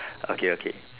okay okay